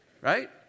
Right